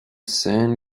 san